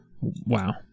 Wow